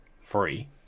free